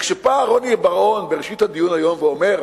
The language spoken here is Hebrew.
כשבא רוני בר-און בראשית הדיון היום ואומר: